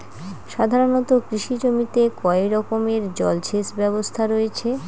সাধারণত কৃষি জমিতে কয় রকমের জল সেচ ব্যবস্থা রয়েছে?